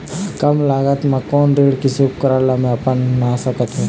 कम लागत मा कोन कोन कृषि उपकरण ला मैं अपना सकथो?